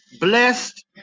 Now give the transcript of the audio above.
blessed